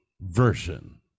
version